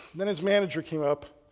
then his manager came up.